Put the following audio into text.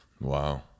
Wow